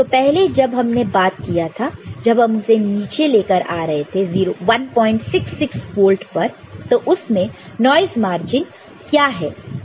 तो पहले जब हमने बात किया था जब हम उसे नीचे लेकर आ रहे थे 166 वोल्ट पर तो उसमें नॉइस मार्जिन क्या है